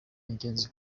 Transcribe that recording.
ingenzi